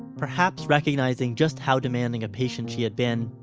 perhaps recognizing just how demanding a patient she had been,